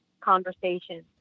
conversation